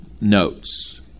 notes